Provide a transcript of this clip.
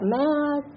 mad